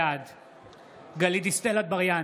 בעד גלית דיסטל אטבריאן,